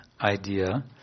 idea